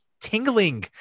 tingling